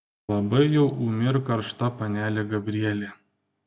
labai jau ūmi ir karšta panelė gabrielė